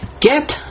Get